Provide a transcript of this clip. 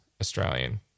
Australian